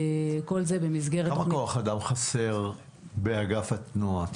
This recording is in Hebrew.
כל זה במסגרת --- כמה כוח אדם חסר באגף התנועה?